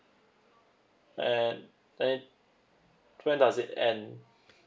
and then when does it end